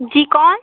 जी कौन